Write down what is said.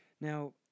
Now